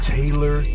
Taylor